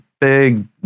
big